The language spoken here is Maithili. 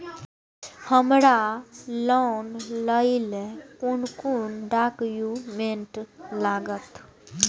हमरा लोन लाइले कोन कोन डॉक्यूमेंट लागत?